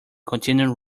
continued